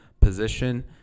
position